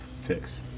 Six